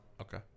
Okay